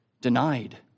denied